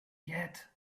yet